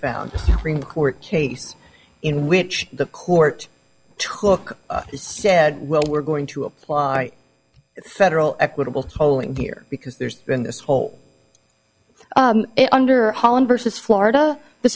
found cream court case in which the court took said well we're going to apply federal equitable polling here because there's been this whole under holland versus florida the